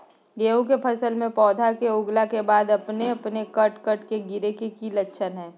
गेहूं के फसल में पौधा के उगला के बाद अपने अपने कट कट के गिरे के की लक्षण हय?